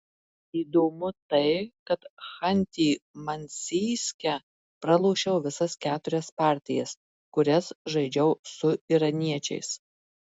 įdomu tai kad chanty mansijske pralošiau visas keturias partijas kurias žaidžiau su iraniečiais